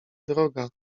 droga